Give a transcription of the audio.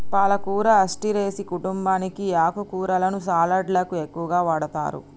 పాలకూర అస్టెరెసి కుంటుంబానికి ఈ ఆకుకూరలను సలడ్లకు ఎక్కువగా వాడతారు